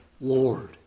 Lord